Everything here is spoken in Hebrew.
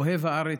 אוהב הארץ.